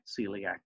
celiac